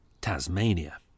Tasmania